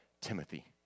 Timothy